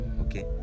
okay